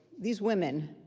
these women,